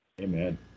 Amen